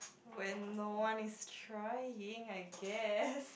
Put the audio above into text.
when no one is trying I guess